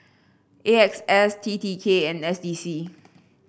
A X S T T K and S D C